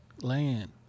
land